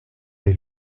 les